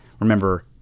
Remember